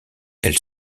elle